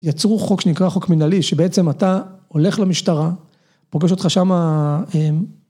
יצרו חוק שנקרא חוק מנהלי, שבעצם אתה הולך למשטרה, פוגש אותך שמה... א...